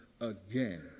again